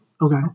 Okay